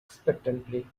expectantly